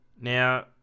Now